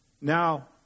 Now